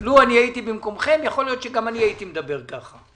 לו אני הייתי במקומכם יכול להיות שגם אני הייתי מדבר כך.